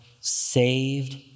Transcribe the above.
saved